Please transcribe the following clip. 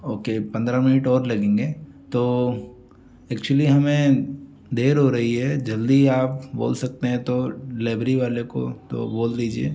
okay पंद्रह minute और लगेंगे तो एक्चुअली हमें देर हो रही है जल्दी आप बोल सकते हैं तो डिलीवरी वाले को तो बोल दीजिए